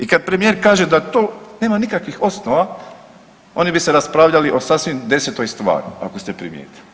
I kada premijer kaže da to nema nikakvih osnova oni bi se raspravljali o sasvim 10-toj stvari ako ste primijetili.